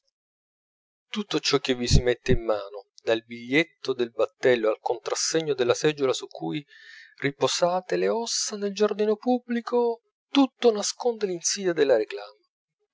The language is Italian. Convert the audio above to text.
tutto ciò che vi si mette in mano dal biglietto del battello al contrassegno della seggiola su cui riposate le ossa nel giardino pubblico tutto nasconde l'insidia della réclame